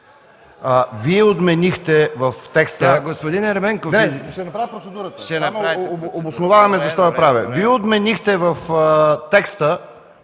Вие отменихте в текста...